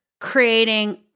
creating